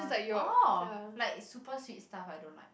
oh like super sweet stuff I don't like